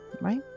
Right